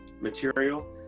material